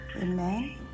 Amen